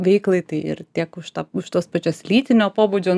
veiklai tai ir tiek už tą už tuos pačias lytinio pobūdžio